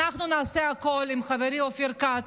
אנחנו נעשה הכול, עם חברי אופיר כץ,